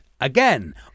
Again